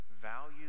Value